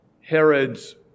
Herod's